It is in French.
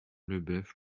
leboeuf